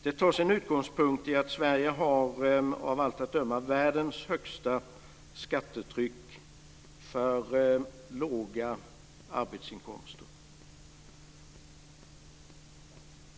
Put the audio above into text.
Det tar sin utgångspunkt i att Sverige av allt att döma har världens högsta skattetryck för låga arbetsinkomster.